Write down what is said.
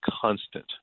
constant